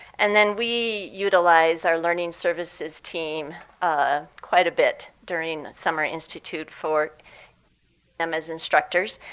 and then we utilize our learning services team ah quite a bit during summer institute for them as instructors.